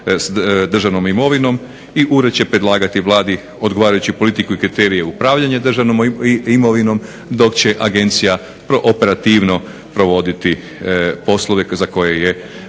državnom imovinom i ured će predlagati Vladi odgovarajuću politiku i kriterije upravljanja državnom imovinom dok će agencija prooperativno provoditi poslove za koje je